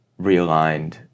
realigned